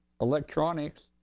electronics